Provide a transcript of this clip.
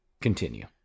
Continue